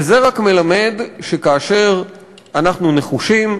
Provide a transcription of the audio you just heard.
וזה רק מלמד שכאשר אנחנו נחושים,